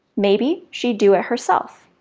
maybe she'd do it herself,